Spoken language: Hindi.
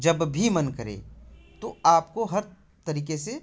जब भी मन करे तो आपको हर तरीके से